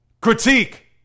critique